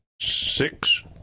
six